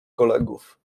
kolegów